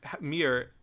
mirror